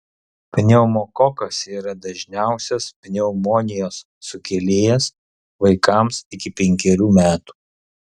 pneumokokas yra dažniausias pneumonijos sukėlėjas vaikams iki penkerių metų